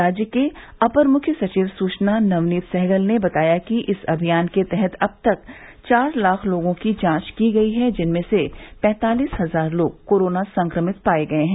राज्य के अपर मुख्य सचिव सूचना नवनीत सहगल ने बताया कि इस अभियान के तहत अब तक चार लाख लोगों की जांच की गयी है जिसमें से पैंतालीस हजार लोग कोरोना संक्रमित पाये गये हैं